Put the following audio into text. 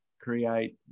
create